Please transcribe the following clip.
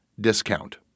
discount